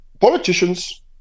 Politicians